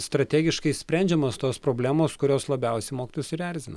strategiškai sprendžiamos tos problemos kurios labiausiai mokytojus ir erzina